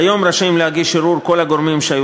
כיום רשאים להגיש ערעור כל הגורמים שהיו